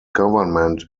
government